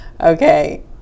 okay